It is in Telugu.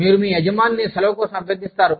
మీరు మీ యజమానిని సెలవు కోసం అభ్యర్థిస్తారు